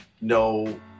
no